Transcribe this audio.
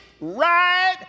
right